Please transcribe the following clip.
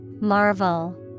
Marvel